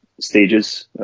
Stages